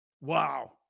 wow